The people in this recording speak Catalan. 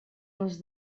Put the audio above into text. les